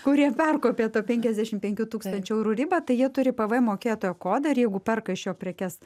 kurie perkopė tą penkiasdešim penkių tūkstančių eurų ribą tai jie turi pvm mokėtojo kodą ir jeigu perka iš jo prekes